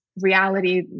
reality